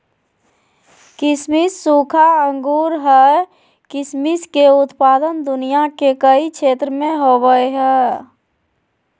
किसमिस सूखा अंगूर हइ किसमिस के उत्पादन दुनिया के कई क्षेत्र में होबैय हइ